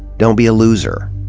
don't be a loser.